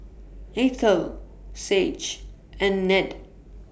Eithel Sage and Ned